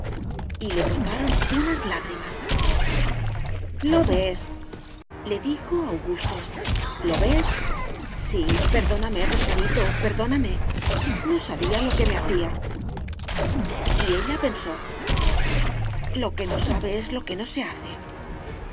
y le brotaron unas lágrimas lo ves le dijo augusto lo ves sí perdóname rosarito perdóname no sabía lo que me hacía y ella pensó lo que no sabe es lo que no se hace